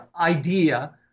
idea